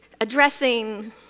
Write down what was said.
Addressing